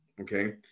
Okay